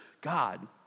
God